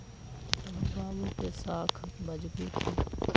हमर बाबू के साख मजगुत हइ